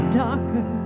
darker